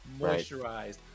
moisturized